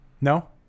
No